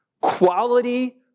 quality